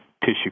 tissue